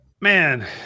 man